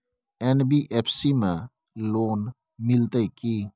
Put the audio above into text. NBFC में loan मिलते की?